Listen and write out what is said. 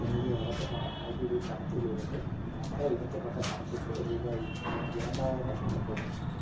என்னுடைய வழக்கமான மோபிக்விக் கணக்கிலிருந்து மற்ற இணைக்கப்பட்ட கணக்கிற்கு ரூபாய் இரண்டாயிரம் அனுப்பவும்